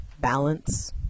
balance